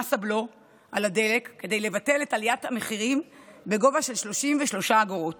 במס הבלו על הדלק כדי לבטל את עליית המחירים בגובה של 33 אגורות